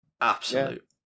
Absolute